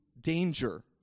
danger